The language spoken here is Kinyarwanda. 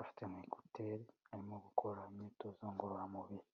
afite ama ekuteri arimo gukora imyitozo ngororamubiri.